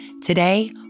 Today